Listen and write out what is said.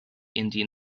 indian